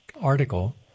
article